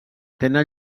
tenen